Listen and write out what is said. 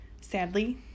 sadly